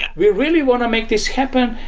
we really want to make this happen.